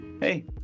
hey